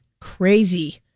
crazy